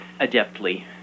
adeptly